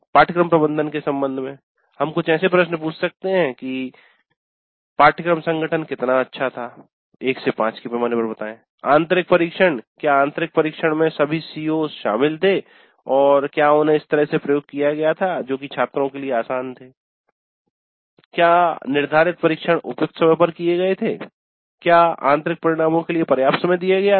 पाठ्यक्रम प्रबंधन के संबंध में हम कुछ ऐसे प्रश्न पूछ सकते हैं कि पाठ्यक्रम संगठन कितना अच्छा था फिर से 1 से 5 के पैमाने पर आंतरिक परीक्षण क्या आंतरिक परीक्षणों में सभी सीओ CO's शामिल थे और क्या उन्हें इस तरह से प्रयोग किया गया था जो कि छात्रों के लिए आसान थे क्या निर्धारित परीक्षण उपयुक्त समय पर किये गए थे क्या आंतरिक परीक्षणों के लिए पर्याप्त समय दिया गया था